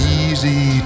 easy